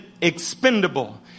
expendable